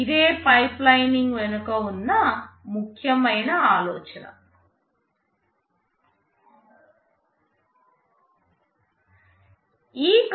ఇదే పైప్లైనింగ్ వెనుక ఉన్న ముఖ్యమైన ఆలోచన